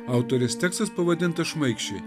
autorės tekstas pavadintas šmaikščiai